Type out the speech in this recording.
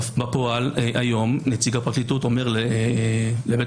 בפועל היום נציג הפרקליטות אומר לבית